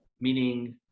meaning